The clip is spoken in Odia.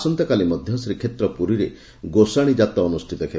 ଆସନ୍ତାକାଲି ମଧ୍ଧ ଶ୍ରୀକ୍ଷେତ୍ର ପୁରୀରେ ଗୋସାଣୀ ଯାତ ଅନୁଷିତ ହେବ